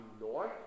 north